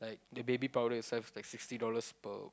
the baby powder itself is like sixty dollars per